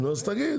נו, אז תגיד.